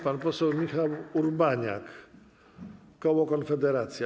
Pan poseł Michał Urbaniak, koło Konfederacja.